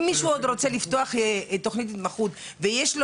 אם עוד מישהו רוצה לפתוח תכנית התמחות ויש לו